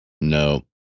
no